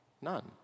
None